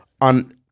on